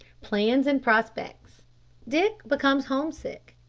plans and prospects dick becomes home-sick,